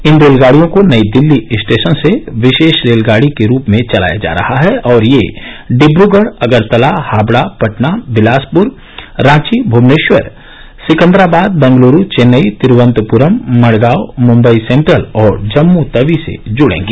इन रेलगाडियों को नई दिल्ली स्टेशन से विशेष रेलगाडी के रूप में चलाया जा रहा है और ये डिक्रगढ अगरतला हावडा पटना बिलासपुर रांची भूवनेश्वर सिकंदराबाद बेंगलुरू चेन्नई तिरूवनन्तपुरम मड़गांव मुम्बई सेंट्रल और जम्मू तवी से जुड़ेंगी